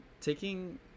taking